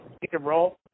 pick-and-roll